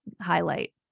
highlight